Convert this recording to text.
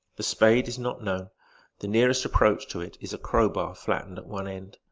the spade is not known the nearest approach to it is a crowbar flattened at one end.